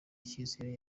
icyizere